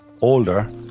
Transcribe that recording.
Older